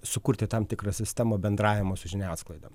sukurti tam tikrą sistemą bendravimo su žiniasklaida